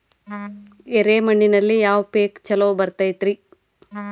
ಎರೆ ಮಣ್ಣಿನಲ್ಲಿ ಯಾವ ಪೇಕ್ ಛಲೋ ಬರತೈತ್ರಿ?